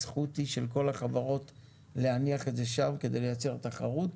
הזכות היא של כל החברות להניח את זה שם כדי לייצר תחרות.